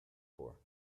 for